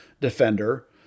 defender